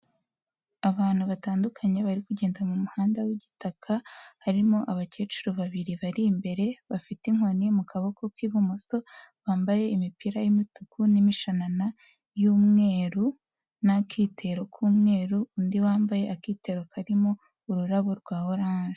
Abantu batandukanye bari kugenda mu muhanda w'igitaka, harimo abakecuru babiri bari imbere bafite inkoni mu kaboko k'ibumoso, bambaye imipira y'umutuku n'imishanana y'umweru, n'akitero k'umweru, undi wambaye akitero karimo ururabo rwa oranje.